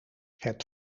het